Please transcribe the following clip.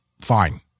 fine